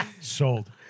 Sold